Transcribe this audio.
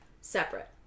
separate